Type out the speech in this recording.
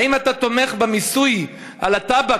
האם אתה תומך במיסוי על הטבק,